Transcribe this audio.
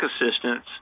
assistance